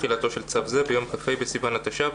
תחילתו של צו זה ביום כ"ה בסיוון התש"ף,